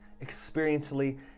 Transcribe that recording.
experientially